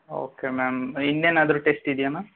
okay ma'am ಇನ್ನೇನಾದ್ರೂ test ಇದೆಯಾ ma'am